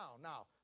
Now